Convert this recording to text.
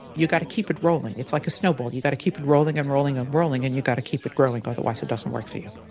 you've got to keep it rolling. it's like a snowball. you've got to keep it rolling and rolling and rolling and you've got to keep it growing, otherwise it doesn't work for you.